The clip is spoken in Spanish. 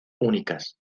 únicas